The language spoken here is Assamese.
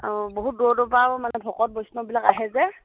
অ বহুত দূৰৰ দূৰৰ পৰাও মানে ভকত বৈষ্ণৱবিলাক আহে যে